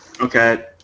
Okay